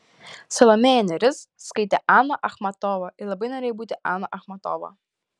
salomėja nėris skaitė aną achmatovą ir labai norėjo būti ana achmatova